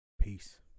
Peace